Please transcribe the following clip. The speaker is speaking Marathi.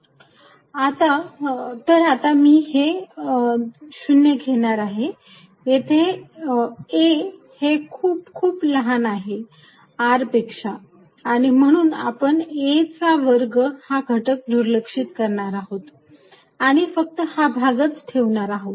razr2a22arcosθ12 तर मी आता हे 0 घेणार आहे येथे a हे खूप खूप लहान आहे r पेक्षा आणि म्हणून आपण a चा वर्ग हा घटक दुर्लक्षित करणार आहोत आणि फक्त हा भागच ठेवणार आहोत